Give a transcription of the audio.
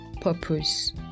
purpose